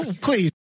Please